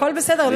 הכול בסדר,